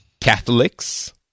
catholics